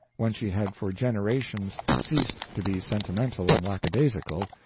when she had for generations ceased to be sentimental and lackadaisical,